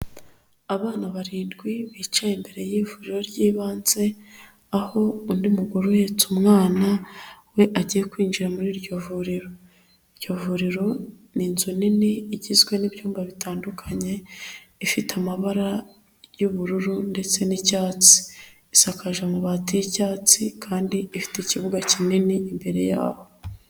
Abana barindwi bicaye imbere y'ivuriro ry'ibanze, aho undi mugore uhetse umwana, agiye kwinjira muri iryo vuriro. Iryo vuriro ni inzu nini igizwe n'ibyumba bitandukanye ifite amabara y'ubururu ndetse n'icyatsi, isakaje amabati y'icyatsi kandi ifite ikibuga kinini imbere yaho.